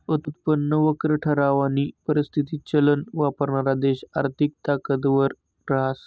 उत्पन्न वक्र ठरावानी परिस्थिती चलन वापरणारा देश आर्थिक ताकदवर रहास